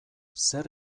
zer